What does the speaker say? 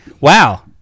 wow